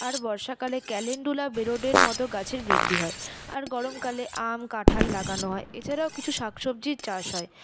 আর বর্ষা কালে ক্যালেন্ডুলা বেড়োডের মতো গাছের বৃদ্ধি হয় আর গরমকালে আম কাঁঠাল লাগানো হয় এছাড়াও কিছু শাকসবজির চাষ হয়